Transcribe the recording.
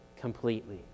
completely